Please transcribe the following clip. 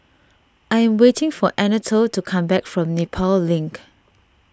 I am waiting for Anatole to come back from Nepal Link